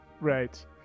Right